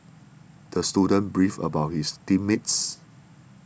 the student beefed about his team mates